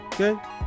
Okay